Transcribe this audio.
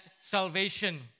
salvation